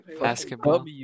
Basketball